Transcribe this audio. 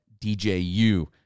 DJU